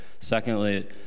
Secondly